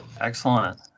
Excellent